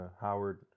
Howard